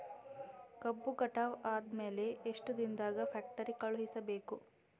ಕಬ್ಬು ಕಟಾವ ಆದ ಮ್ಯಾಲೆ ಎಷ್ಟು ದಿನದಾಗ ಫ್ಯಾಕ್ಟರಿ ಕಳುಹಿಸಬೇಕು?